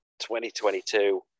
2022